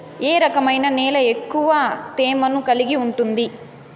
ఏ రకమైన నేల ఎక్కువ తేమను కలిగి ఉంటుంది?